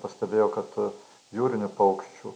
pastebėjau kad jūrinių paukščių